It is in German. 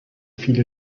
viele